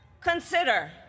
Consider